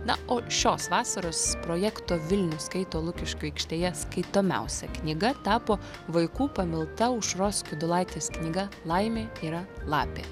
na o šios vasaros projekto vilnius skaito lukiškių aikštėje skaitomiausia knyga tapo vaikų pamilta aušros kiudulaitės knyga laimė yra lapė